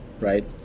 Right